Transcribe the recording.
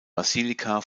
basilika